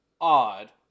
odd